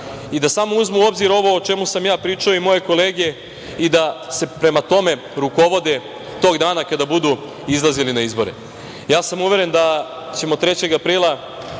i da samo uzmu u obzir ovo o čemu sam ja pričao i moje kolege i da se prema tome rukovode tog dana kada budu izlazili na izbore. Ja sam uveren da ćemo 3. aprila